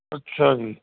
ਅੱਛਾ ਜੀ